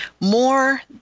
more